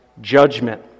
judgment